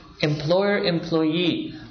employer-employee